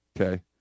okay